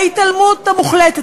ההתעלמות המוחלטת,